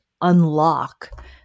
unlock